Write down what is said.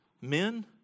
Men